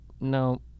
no